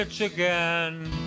again